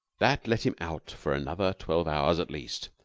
that let him out for another twelve hours at least.